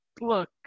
look